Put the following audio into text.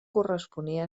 corresponia